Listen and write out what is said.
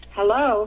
Hello